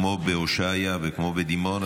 כמו בהושעיה וכמו בדימונה,